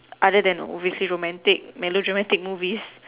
other than obviously romantic melodramatic movies